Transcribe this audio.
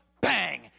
Bang